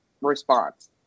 response